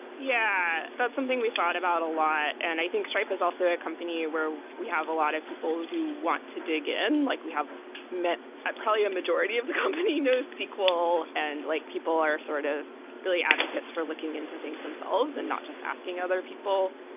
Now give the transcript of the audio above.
yeah, that's something we thought about a lot, and i think stripe is also a company where we have a lot of people who want to dig in. like we have met probably a majority of the company nosql and like people are sort of really advocates for looking into things themselves and not just asking other people.